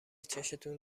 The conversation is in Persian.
چشتون